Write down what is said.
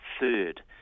third